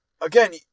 again